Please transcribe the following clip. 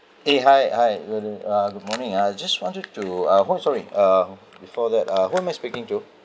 eh hi hi err uh good morning uh just wanted to uh what sorry uh before that uh who am I speaking to